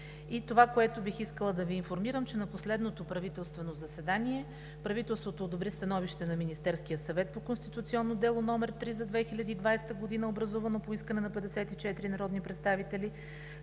това, което бих искала да Ви информирам, че на последното правителствено заседание правителството одобри становище на Министерския съвет по Конституционно дело № 3/2020 г., образувано по искане на 54 народни представители,